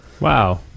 Wow